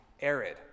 arid